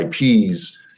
IPs